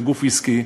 זה גוף עסקי,